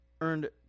earned